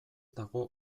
dago